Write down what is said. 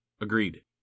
Agreed